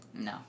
No